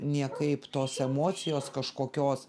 niekaip tos emocijos kažkokios